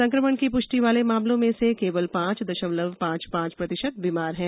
संक्रमण की पुष्टि वाले मामलों में से केवल पांच दशमलव पांच पांच प्रतिशत बीमार हैं